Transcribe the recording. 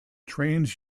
trains